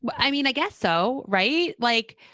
but i mean, i guess so right. like,